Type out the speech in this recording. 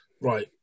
right